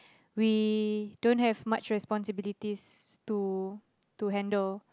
we don't have much responsibilities to to handle